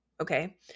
Okay